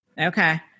Okay